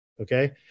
Okay